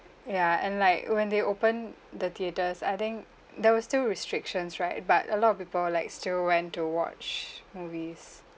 ya and like when they open the theatres I think there were still restrictions right but a lot of people like still went to watch movies